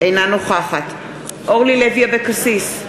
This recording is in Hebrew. אינה נוכחת אורלי לוי אבקסיס,